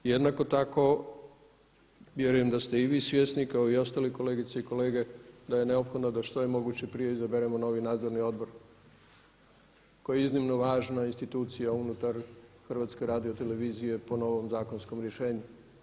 Jednako tako vjerujem da ste i vi svjesni kao i ostali kolegice i kolege da je neophodno što je moguće prije izaberemo novi nadzorni odbor koji je iznimno važna institucija unutar HRT-a po novom zakonskom rješenju.